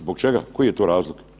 Zbog čega, koji je to razlog?